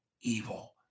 evil